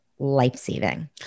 life-saving